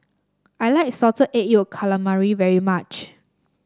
I like Salted Egg Yolk Calamari very much